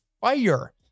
fire